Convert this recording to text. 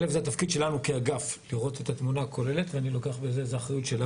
זה התפקיד שלנו כאגף לראות את התמונה הכוללת ואני לוקח על זה אחריות.